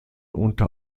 unter